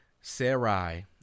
Sarai